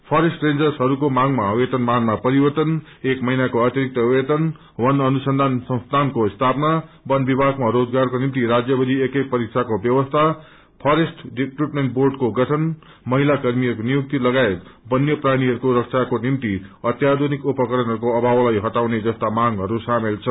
forest रेंर्जसहरूको मांगमा वेतनमानामा परिवर्तन एक महिनाको अतिरिक्त वेतन वन अनुसंधान संस्थानको स्थापना वन विभागमा रोजगारको निम्ति राज्यभरि एकै परीक्षको व्यवस्था गनफ फरेष्ट रिक्रुमेण्ट बोंडको गठन महिला कर्मीहरूको नियुक्ति लगायत वन्य प्राणीहरूको रक्षाको अत्याधुनिक उपकरण्हरूको अभावलाई हटाउने जस्ता मांगहरू सामेल छन्